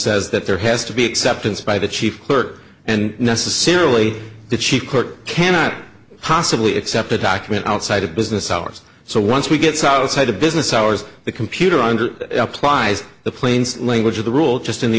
says that there has to be acceptance by the chief clerk and necessarily the chief court cannot possibly accept a document outside of business hours so once he gets outside the business hours the computer under applies the plane's language of the rule just in the